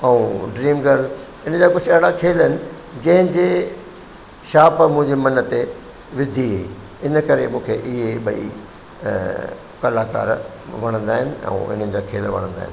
ऐं dream girl इन जा कुझु अहिड़ा खेल आहिनि जंहिंजे शाप मुंहिंजे मन ते विधी इन करे मूंखे ईअं ॿई कलाकार वणंदा आहिनि ऐं इन्हनि जा खेल वणंदा आहिनि